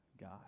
God